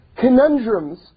conundrums